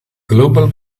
global